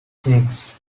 chicks